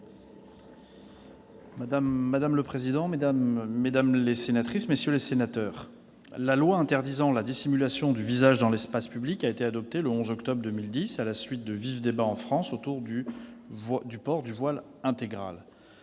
Madame la présidente, mesdames les sénatrices, messieurs les sénateurs, la loi interdisant la dissimulation du visage dans l'espace public a été adoptée le 11 octobre 2010 à la suite de vifs débats en France autour du port du voile intégral.